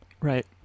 Right